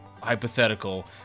hypothetical